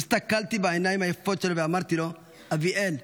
הסתכלתי בעיניים היפות שלו ואמרתי לו, אביאל,